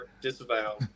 Disavow